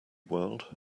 world